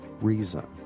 reason